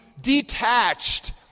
detached